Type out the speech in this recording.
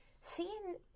Seeing